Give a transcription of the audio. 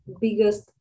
biggest